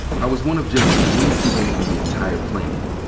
i was one of just three people on the entire plane,